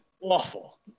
awful